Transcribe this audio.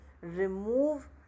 remove